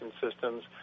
systems